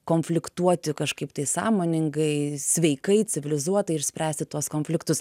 konfliktuoti kažkaip tai sąmoningai sveikai civilizuotai ir spręsti tuos konfliktus